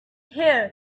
here